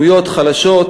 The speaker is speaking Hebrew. בשטח, דמויות חלשות,